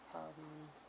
um